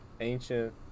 Ancient